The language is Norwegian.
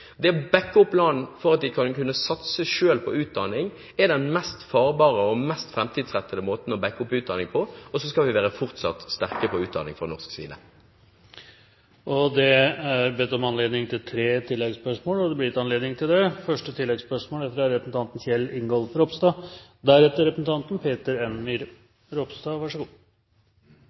Det å bakke opp land for at de selv skal kunne satse på utdanning, er den mest farbare og mest framtidsrettede måten å bakke opp utdanning på. Og så skal vi fortsatt være sterke på utdanning fra norsk side. Det er bedt om og blir gitt anledning til tre